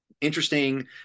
interesting